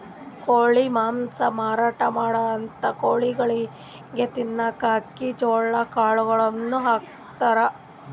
ಕೋಳಿ ಮಾಂಸ ಮಾರಾಟ್ ಮಾಡಂಥ ಕೋಳಿಗೊಳಿಗ್ ತಿನ್ನಕ್ಕ್ ಅಕ್ಕಿ ಜೋಳಾ ಕಾಳುಗಳನ್ನ ಹಾಕ್ತಾರ್